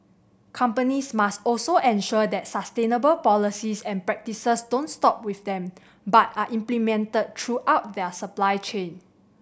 companies must also ensure that sustainable policies and practices don't stop with them but are implemented throughout their supply chain